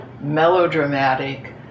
melodramatic